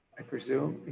i presume.